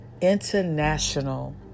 International